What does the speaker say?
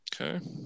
Okay